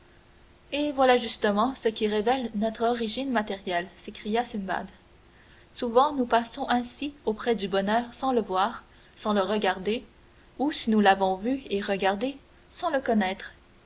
eh voilà justement ce qui révèle notre origine matérielle s'écria simbad souvent nous passons ainsi auprès du bonheur sans le voir sans le regarder ou si nous l'avons vu et regardé sans le reconnaître